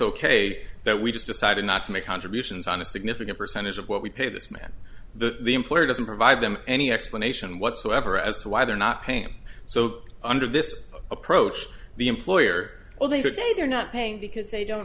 ok that we just decided not to make contributions on a significant percentage of what we pay this man the employer doesn't provide them any explanation whatsoever as to why they're not paying so under this approach the employer well they say they're not paying because they don't